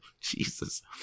Jesus